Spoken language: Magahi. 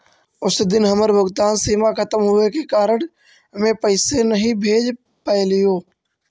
उस दिन हमर भुगतान सीमा खत्म होवे के कारण में पैसे नहीं भेज पैलीओ